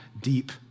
deep